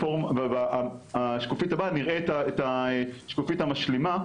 ובשקופית הבאה נראה את השקופית המשלימה,